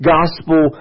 gospel